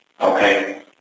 Okay